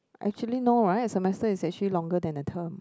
actually no right semester is actually longer than the term